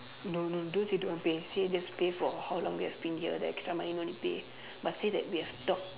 no no don't say don't want pay say just pay for how long we have been here the extra money no need pay but say that we have talked